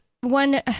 one